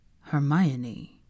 Hermione